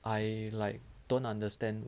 I like don't understand